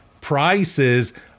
prices